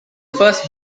first